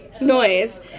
Noise